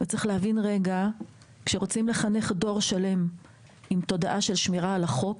צריך להבין שכשרוצים לחנך דור שלם לתודעה של שמירה על החוק,